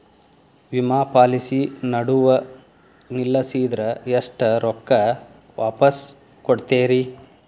ವಿಮಾ ಪಾಲಿಸಿ ನಡುವ ನಿಲ್ಲಸಿದ್ರ ಎಷ್ಟ ರೊಕ್ಕ ವಾಪಸ್ ಕೊಡ್ತೇರಿ?